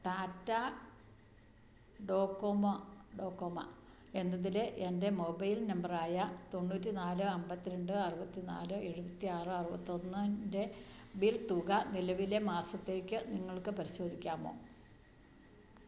Tata Docomo Docomo എന്നതിലെ എൻ്റെ mobile നമ്പറായ തൊണ്ണൂറ്റി നാല് അമ്പത്തി രണ്ട് അറുപത്തി നാല് എഴുപത്തി ആറ് അറുപത്തി ഒന്നിൻ്റെ ബിൽ തുക നിലവിലെ മാസത്തേക്ക് നിങ്ങൾക്ക് പരിശോധിക്കാമോ